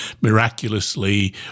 miraculously